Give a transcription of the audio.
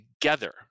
together